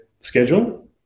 schedule